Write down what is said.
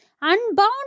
Unbound